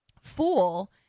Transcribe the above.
fool